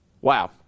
Wow